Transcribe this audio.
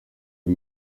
uko